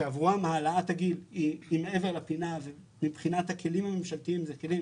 שעבורן העלאת הגיל היא מעבר לפינה ומבחינת הכלים הממשלתיים אלה כלים